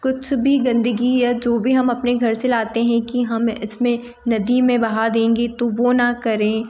कुछ भी गंदगी या जो भी हम अपने घर से लाते हैं कि हम इसमें नदी में बहा देंगे तो वो न करें